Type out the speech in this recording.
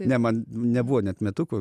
ne man nebuvo net metukų